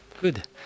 good